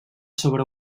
sobre